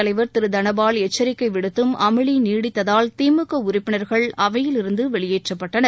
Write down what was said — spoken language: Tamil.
தலைவர் திரு தனபால் எச்சரிக்கை விடுத்தும் அமளி நீடித்ததால் திமுக உறுப்பினர்கள் பேரவைக் அவையிலிருந்து வெளியேற்றப்பட்டனர்